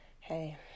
hey